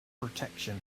protection